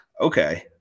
okay